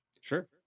Sure